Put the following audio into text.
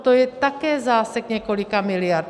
To je také zásek několika miliard.